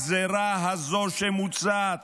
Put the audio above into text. הגזרה הזאת שמוצעת